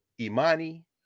Imani